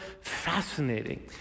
fascinating